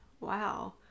Wow